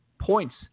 points